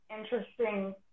interesting